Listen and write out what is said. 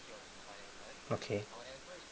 okay